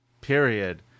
Period